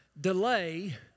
delay